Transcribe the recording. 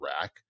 rack